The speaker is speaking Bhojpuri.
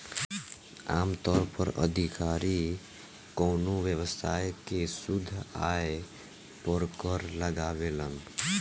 आमतौर पर अधिकारी कवनो व्यवसाय के शुद्ध आय पर कर लगावेलन